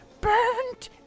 burnt